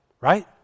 right